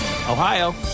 Ohio